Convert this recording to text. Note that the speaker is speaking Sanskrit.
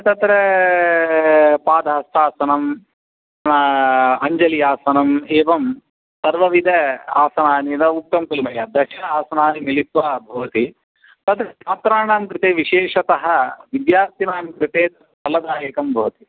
तत्र पादहस्तासनम् अञ्जल्यासनम् एवं सर्वविध आसनानि न उक्तं खलु मया दश आसनानि मिलित्वा भवति तद् छात्राणां कृते विशेषतः विद्यार्थिनां कृते फलदायकं भवति